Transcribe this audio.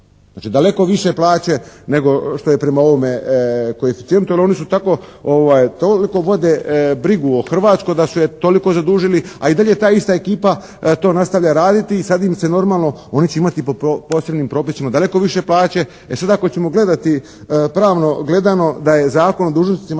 Znači daleko više plaće nego što je prema ovome koeficijentu jer oni su tako, toliko vode brigu o Hrvatskoj da su je toliko zadužili, a i dalje ta ista ekipa to nastavlja raditi i sad im se normalno, oni će imati po posebnim propisima daleko više plaće. E sad ako ćemo gledati pravno gledano da je Zakon o dužnosnicima